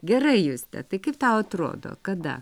gerai juste tai kaip tau atrodo kada